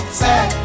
sad